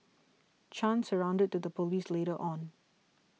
Chan surrendered to the police later on